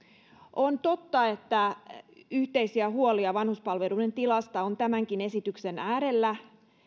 on totta että yhteisiä huolia vanhuspalveluiden tilasta on tämänkin esityksen äärellä